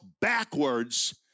backwards